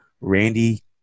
Randy